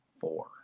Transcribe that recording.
four